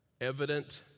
evident